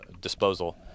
disposal